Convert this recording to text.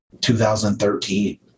2013